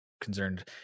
concerned